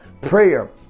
Prayer